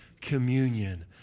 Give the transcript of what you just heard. communion